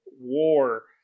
war